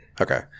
Okay